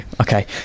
Okay